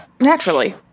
Naturally